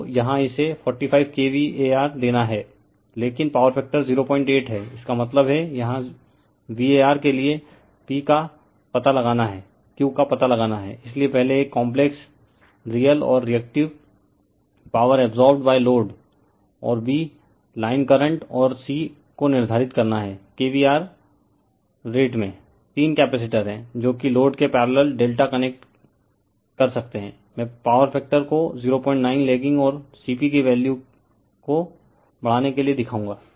तो यहां इसे 45 kVAr देना है लेकिन पावर फैक्टर 08 है इसका मतलब है यहां V A r के लिए P का पता लगाना है Q का पता लगाना है और इसलिए पहले एक काम्प्लेक्सरियल और रिएक्टिव पॉवर एब्सोर्बेड लोड और b लाइन करंट और c को निर्धारित करना है kVAr रेट में तीन कैपेसिटर हैं जो कि लोड के पैरेलल डेल्टा कनेक्ट कर सकते हैं मैं पावर फैक्टर को 09 लैगिंग और C P के वैल्यू को बढ़ाने के लिए दिखाऊंगा